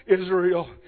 Israel